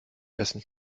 essen